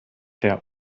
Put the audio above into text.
der